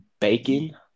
bacon